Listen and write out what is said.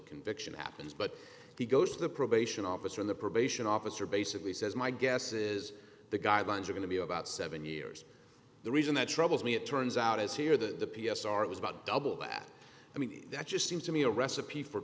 conviction happens but he goes the probation officer in the probation officer basically says my guess is the guidelines are going to be about seven years the reason that troubles me it turns out is here that the p s r it was about double that i mean that just seems to me a recipe for